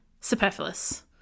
superfluous